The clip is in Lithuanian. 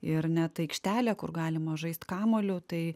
ir net aikštelė kur galima žaist kamuoliu tai